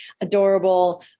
adorable